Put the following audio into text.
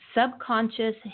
Subconscious